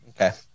Okay